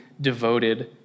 devoted